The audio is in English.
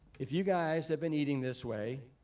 if you guys have been eating this way,